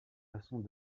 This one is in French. façons